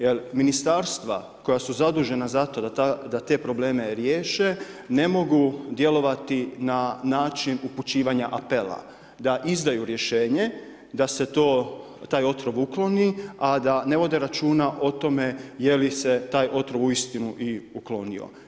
Jel ministarstva koja su zadužena za to da te probleme riješe ne mogu djelovati na način upućivanja apela, da izdaju rješenje da se taj otrov ukloni, a da ne vode računa o tome jeli se taj otrov uistinu i uklonio.